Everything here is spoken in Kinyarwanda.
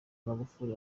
magufuli